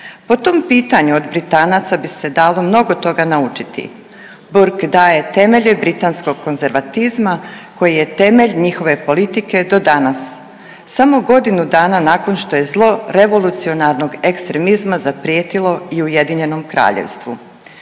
Po tom pitanju od Britanaca bi se dalo mnogo toga naučiti. Burke daje temelje britanskog konzervatizma koji je temelj njihove politike do danas, samo godinu dana što je zlo revolucionarnog ekstremizma zaprijetilo i UK-u. Koristeći